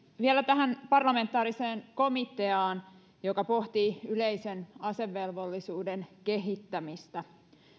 vielä tähän parlamentaariseen komiteaan joka pohtii yleisen asevelvollisuuden kehittämistä